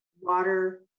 water